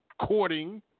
courting